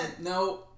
No